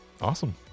Awesome